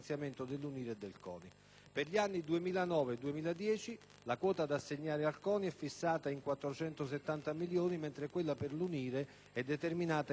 Per gli anni 2009 e 2010 la quota da assegnare al CONI è fissata in 470 milioni, mentre quella per l'UNIRE è determinata in 150 milioni.